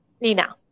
Nina